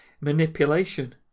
manipulation